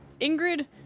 Ingrid